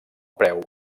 preu